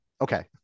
Okay